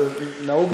נהוג,